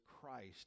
Christ